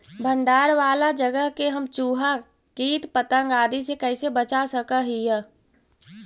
भंडार वाला जगह के हम चुहा, किट पतंग, आदि से कैसे बचा सक हिय?